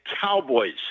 Cowboys